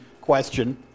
question